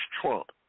Trump